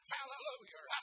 Hallelujah